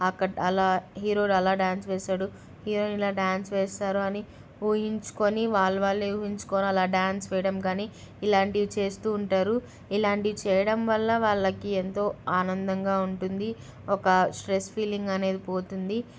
అక్కడ అలా హీరోలు అలా డ్యాన్స్ వేశాడు హీరోయిన్ అలా డ్యాన్స్ వేస్తారు అని ఊహించుకొని వాళ్ళు వాళ్ళే ఊహించుకొని అలా డ్యాన్స్ వేయడం కానీ ఇలాంటివి చేస్తూ ఉంటారు ఇలాంటివి చేయడం వల్ల వాళ్ళకి ఎంతో ఆనందంగా ఉంటుంది ఒక స్ట్రెస్ ఫీలింగ్ అనేది పోతుంది